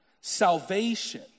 salvation